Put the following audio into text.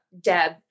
Deb